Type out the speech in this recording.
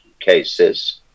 cases